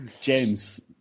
James